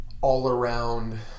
all-around